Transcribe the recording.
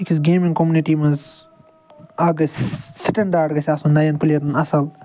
أکِس gaming community منٛز اکھ گَژھِ سِٹٮ۪نٛڈاڈ گَژھِ آسُن نَیَن پٕلیرَن اصٕل